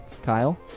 Kyle